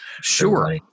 Sure